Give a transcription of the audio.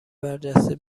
برجسته